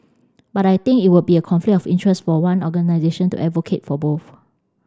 but I think it would be a conflict of interest for one organisation to advocate for both